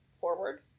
forward